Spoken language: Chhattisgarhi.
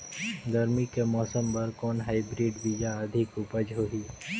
गरमी के मौसम बर कौन हाईब्रिड बीजा अधिक उपज होही?